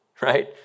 Right